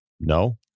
no